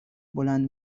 بلند